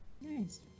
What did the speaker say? Nice